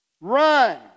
Run